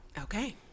Okay